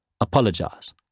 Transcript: apologize